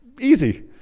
easy